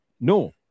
no